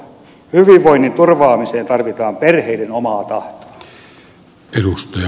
hyvinvoinnin turvaamiseen tarvitaan perheiden omaa tahtoa